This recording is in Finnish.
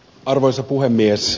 arvoisa puhemies